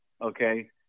Okay